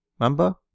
Remember